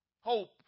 hope